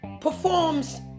performs